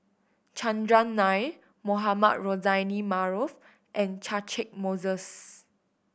Chandran Nair Mohamed Rozani Maarof and Catchick Moses